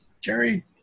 Jerry